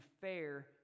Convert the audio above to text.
fair